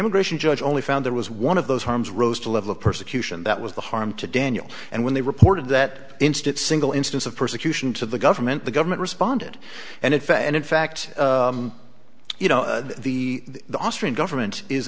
immigration judge only found it was one of those harms roast a level of persecution that was the harm to daniel and when they reported that instance single instance of persecution to the government the government responded and in fact and in fact you know the the austrian government is